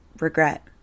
regret